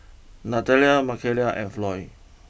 Natalia Makaila and Floy